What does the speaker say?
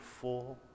full